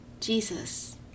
Jesus